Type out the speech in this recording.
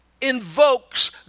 invokes